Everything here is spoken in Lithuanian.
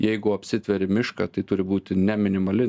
jeigu apsitveri mišką tai turi būti ne minimali